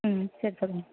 ம் சரி சொல்லுங்கள்